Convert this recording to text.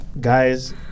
guys